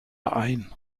ein